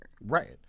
Right